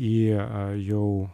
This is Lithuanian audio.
į jau